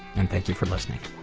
and thank you for listening